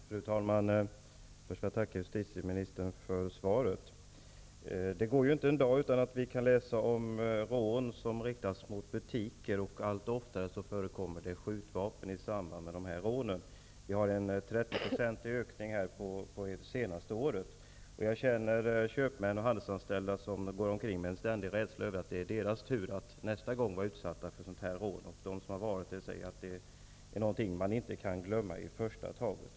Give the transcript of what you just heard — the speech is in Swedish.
Fru talman! Jag vill först tacka justitieministern för svaret. Det går ju inte en dag utan att vi kan läsa om rån som riktas mot butiker, och allt oftare förekommer det skjutvapen i samband med dessa rån. Det har under det senaste året skett en 30-procentig ökning. Jag känner köpmän och handelsanställda som går omkring med en ständig rädsla över att det är deras tur att nästa gång vara utsatta för ett sådant rån. De som har varit utsatta för ett rån säger att det är något man inte kan glömma i första taget.